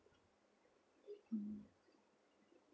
mm